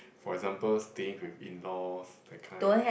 for example staying with in laws that kind